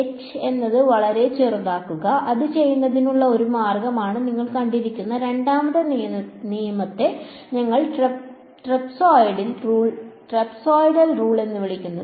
h എന്നത് വളരെ ചെറുതാക്കുക അത് ചെയ്യുന്നതിനുള്ള ഒരു മാർഗമാണ് നിങ്ങൾ കണ്ടിരുന്ന രണ്ടാമത്തെ നിയമത്തെ ഞങ്ങൾ ട്രപസോയ്ഡൽ റൂൾ എന്ന് വിളിക്കും